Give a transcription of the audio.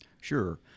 Sure